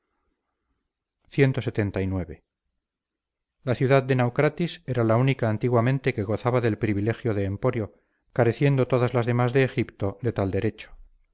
apolo clxxix la ciudad de naucratis era la única antiguamente que gozaba del privilegio de emporio careciendo todas las demás de egipto de tal derecho